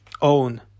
own